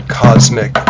cosmic